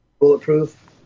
bulletproof